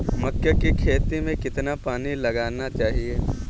मक्के की खेती में कितना पानी लगाना चाहिए?